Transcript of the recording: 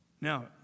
Now